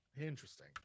interesting